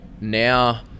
now